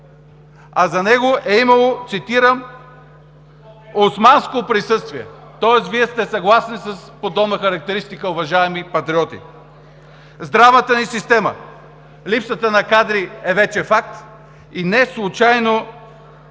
За него е имало, цитирам: „Османско присъствие“. Тоест Вие сте съгласни с подобна характеристика, уважаеми Патриоти. Здравната ни система. Липсата на кадри е вече факт и неслучайно